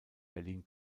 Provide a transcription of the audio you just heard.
berlin